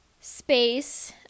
space